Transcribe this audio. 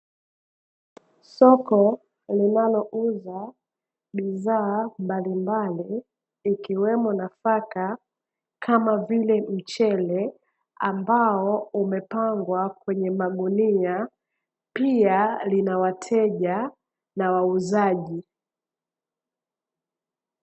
Soko linalouza bidhaa mbalimbali ikiwemo nafaka, kama vile mchele, ambao umepangwa kwenye magunia. Pia, lina wateja na wauzaji.